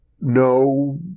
no